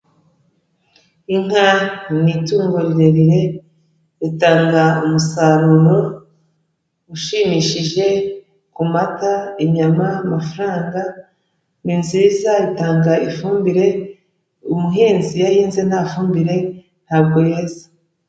Inka ni itungo rirerire ritanga umusaruro ushimishije ku mata, inyama, amafaranga, ni nziza itanga ifumbire umuhinzi iyo ahinze nta fumbire ntabwo yeza.